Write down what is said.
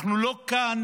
אנחנו לא כאן